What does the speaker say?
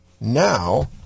Now